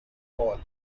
wall